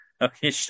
Okay